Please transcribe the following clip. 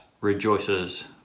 rejoices